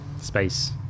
space